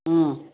ಹ್ಞೂ